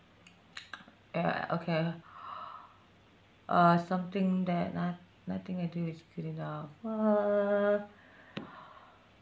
ya okay uh something that not~ nothing I do is good enough uh